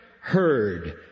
heard